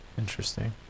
Interesting